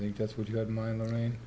think that's what you had in mind the rain